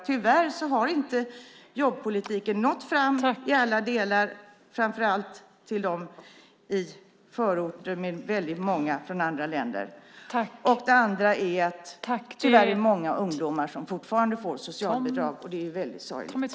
Tyvärr har inte jobbpolitiken nått fram i alla delar, framför allt inte till dem i förorten, där väldigt många kommer från andra länder. Det andra är att många ungdomar tyvärr fortfarande får socialbidrag, och det är väldigt sorgligt.